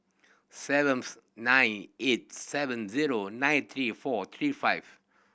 seventh nine eight seven zero nine three four three five